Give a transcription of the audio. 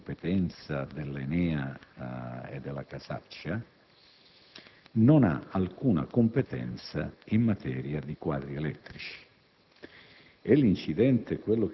sempre di competenza dell'ENEA e della Casaccia, non ha alcuna competenza in materia di quadri elettrici.